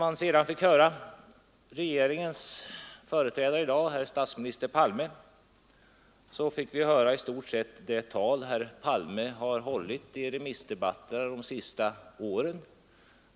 Av regeringens företrädare i dag, herr statsministern Palme, fick vi höra i stort sett det tal herr Palme har brukat hålla i remissdebatterna de senaste åren.